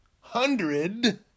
hundred